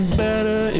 better